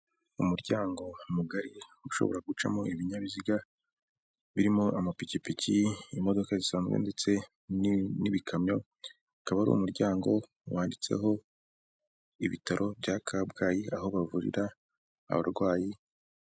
Umuryango mugari ushobora gucamo ibinyabiziga, birimo amapikipiki, imodoka zisanzwe ndetse n'ibikamyo, akaba ari umuryango wanditseho ibitaro bya Kabgayi, aho bavurira abarwayi.